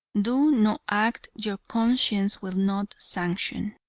do no act your conscience will not sanction.